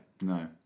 No